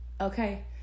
okay